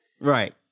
Right